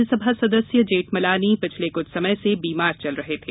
राज्यसभा सदस्य जेठमलानी पिछले कुछ समय से बीमार चल रहे थे